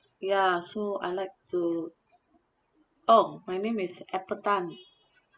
ya so I'd like to oh my name is apple tan